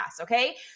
okay